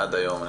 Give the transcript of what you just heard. עד היום.